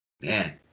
man